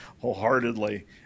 wholeheartedly